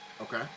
Okay